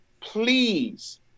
please